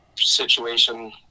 situation